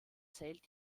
zählt